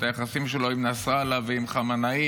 את היחסים שלו עם נסראללה ועם חמינאי,